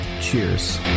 cheers